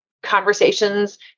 conversations